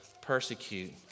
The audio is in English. persecute